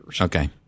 Okay